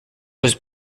was